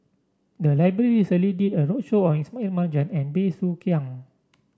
the library recently did a roadshow on Ismail Marjan and Bey Soo Khiang